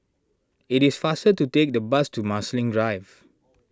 it is faster to take the bus to Marsiling Drive